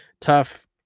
Tough